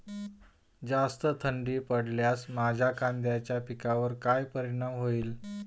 जास्त थंडी पडल्यास माझ्या कांद्याच्या पिकावर काय परिणाम होईल?